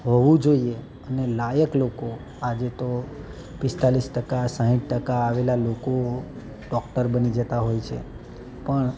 હોવું જોઈએ અને લાયક લોકો આજે તો પિસ્તાલિસ ટકા સાઈઠ ટકા આવેલા લોકો ડૉક્ટર બની જતાં હોય છે પણ